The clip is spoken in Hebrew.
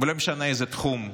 ולא משנה באיזה תחום,